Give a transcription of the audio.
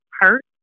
hurt